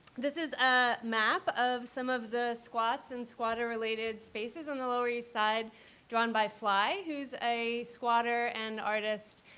this is a map of some of the squats and squatter related spaces in the lower east side drawn by fly, who's a squatter and artist,